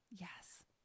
Yes